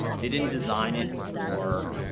they didn't design it for,